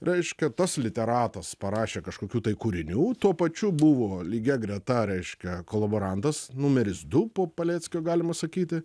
reiškia tas literatas parašė kažkokių tai kūrinių tuo pačiu buvo lygia greta reiškia kolaborantas numeris du po paleckio galima sakyti